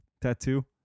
tattoo